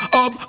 up